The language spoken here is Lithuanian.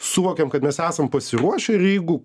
suvokėm kad mes esam pasiruošę ir jeigu